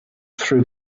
through